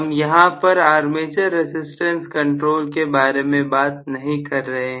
हम यहां पर आर्मेचर रजिस्टेंस कंट्रोल के बारे में बात नहीं कर रहे हैं